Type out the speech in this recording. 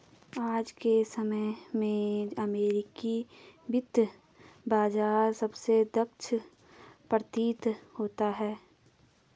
आज के समय में अमेरिकी वित्त बाजार सबसे दक्ष प्रतीत होता है